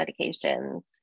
medications